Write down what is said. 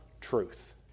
truth